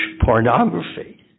pornography